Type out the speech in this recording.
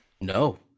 No